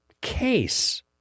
case